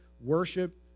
worship